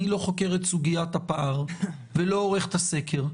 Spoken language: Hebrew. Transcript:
אני לא חוקר את סוגיית הפער ולא עורך את הסקר.